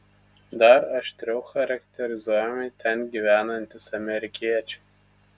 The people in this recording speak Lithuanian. dar aštriau charakterizuojami ten gyvenantys amerikiečiai